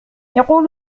يقول